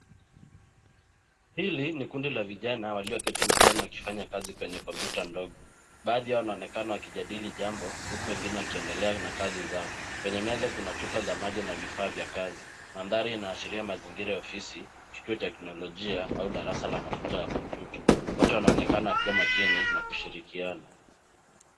Hili ni kundi la vijana walioketi mezani wakifanya kazi kwenye kompyuta ndogo. Baadhi yao wanaonekana wakijadili jambo huku wengine wakiendelea na kazi zao. Kwenye meza kuna chupa za maji na vifaa vya kazi. Mandhari inaashiria mazingira ya ofisi, kituo teknolojia au darasa la mafunzo ya kompyuta. Watu wanaonekana wakiwa makini na kushirikiana.